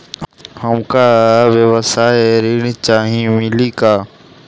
हमका व्यवसाय ऋण चाही मिली का?